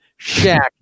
Shaq